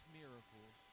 miracles